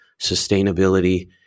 sustainability